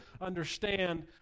understand